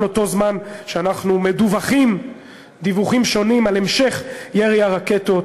כל אותו זמן שאנחנו מדווחים דיווחים שונים על המשך ירי הרקטות